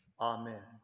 Amen